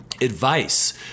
advice